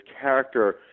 character